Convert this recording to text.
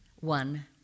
one